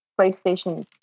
PlayStation